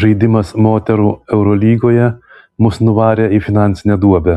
žaidimas moterų eurolygoje mus nuvarė į finansinę duobę